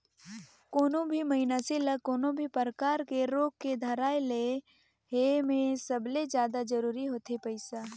कोनो भी मइनसे ल कोनो भी परकार के रोग के धराए ले हे में सबले जादा जरूरी होथे पइसा